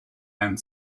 and